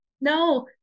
no